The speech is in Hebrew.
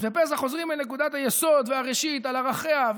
אז בפסח חוזרים אל נקודת היסוד והראשית על ערכיה,